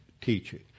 teaching